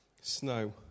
snow